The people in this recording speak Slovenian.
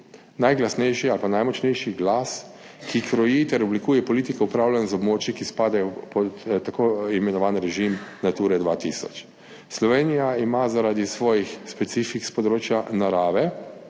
najglasnejši ali pa najmočnejši glas, ki kroji ter oblikuje politiko upravljanja z območji, ki spadajo pod tako imenovan režim Nature 2000. Slovenija ima zaradi svojih specifik s področja narave,